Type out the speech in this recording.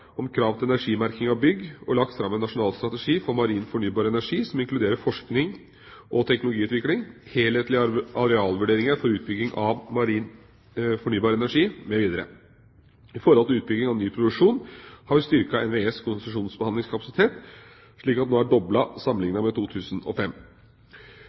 om krav til energimerking av bygg, og vi har lagt fram en nasjonal strategi for marin fornybar energi som inkluderer forskning og teknologiutvikling, helhetlige arealvurderinger for utbygging av marin fornybar energi mv. Når det gjelder utbygging av ny produksjon, har vi styrket NVEs konsesjonsbehandlingskapasitet slik at den nå er